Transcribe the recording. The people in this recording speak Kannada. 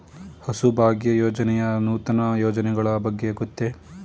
ಹಸುಭಾಗ್ಯ ಯೋಜನೆಯ ನೂತನ ಯೋಜನೆಗಳ ಬಗ್ಗೆ ಗೊತ್ತೇ?